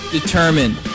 determined